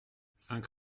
cinq